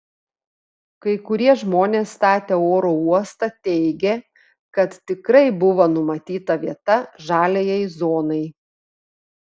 kai kurie žmonės statę oro uostą teigė kad tikrai buvo numatyta vieta žaliajai zonai